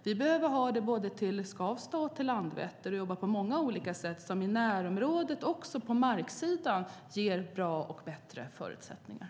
Det behöver vi ha både till Skavsta och till Landvetter. Vi behöver jobba på många olika sätt för att ge bättre förutsättningar i närområdet också på marksidan.